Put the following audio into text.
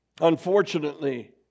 Unfortunately